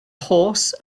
horse